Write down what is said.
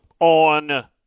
On